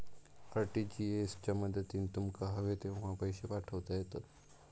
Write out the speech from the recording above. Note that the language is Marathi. आर.टी.जी.एस च्या मदतीन तुमका हवे तेव्हा पैशे पाठवता येतत